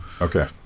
Okay